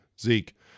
Zeke